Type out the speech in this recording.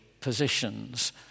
positions